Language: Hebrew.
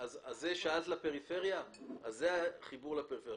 אז שאלת לגבי הפריפריה, זה החיבור לפריפריה.